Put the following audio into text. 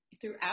throughout